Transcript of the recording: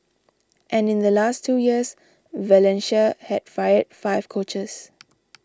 and in the last two years Valencia had fired five coaches